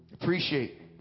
Appreciate